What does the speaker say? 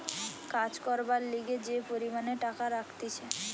কাজ করবার লিগে যে পরিমাণে টাকা রাখতিছে